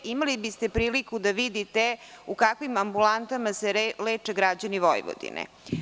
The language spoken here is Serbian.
Imali biste priliku da vidite u kakvim ambulantama se leče građani Vojvodine.